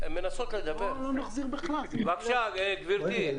בבקשה, גברתי,